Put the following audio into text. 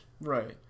Right